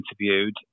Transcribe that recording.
interviewed